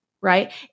right